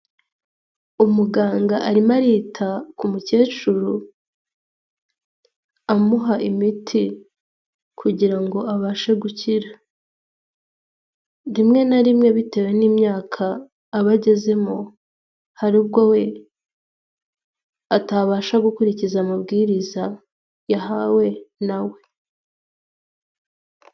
Umuganga arimo arita ku mukecuru amuha imiti kugira ngo abashe gukira, rimwe na rimwe bitewe n'imyaka aba agezemo hari ubwo we atabasha gukurikiza amabwiriza yahawe na we.